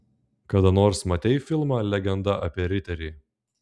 kada nors matei filmą legenda apie riterį